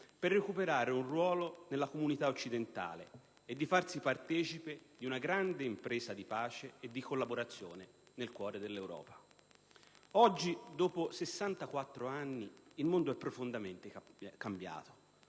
per recuperare un ruolo nella comunità occidentale, e di farsi partecipe di una grande impresa di pace e di collaborazione nel cuore dell'Europa. Oggi, dopo 64 anni il mondo è profondamente cambiato.